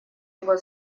его